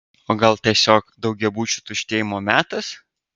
o gal tiesiog daugiabučių tuštėjimo metas